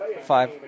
Five